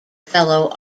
fellow